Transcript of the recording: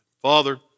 Father